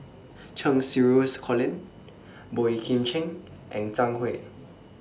Cheng Xinru Colin Boey Kim Cheng and Zhang Hui